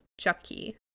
Chucky